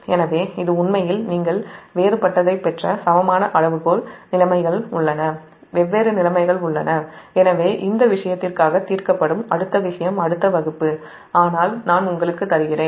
எனவே இது உண்மையில் நீங்கள் வேறுபட்டதைப் பெற்ற சமமான அளவுகோல் நிலைமைகள் உள்ளன எனவே இந்த விஷயத்திற்காக தீர்க்கப்படும் அடுத்த விஷயம் அடுத்த வகுப்பு ஆனால் நான் உங்களுக்கு தருகிறேன்